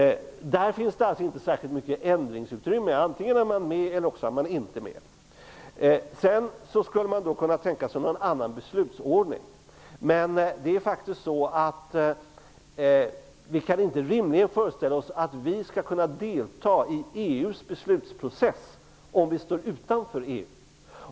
Där finns alltså inte särskilt mycket ändringsutrymme. Man är antingen med eller inte med. Man skulle också kunna tänka sig en annan beslutsordning, men vi kan inte rimligen föreställa oss att vi skall kunna delta i EU:s beslutsprocess, om vi står utanför EU.